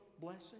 blessing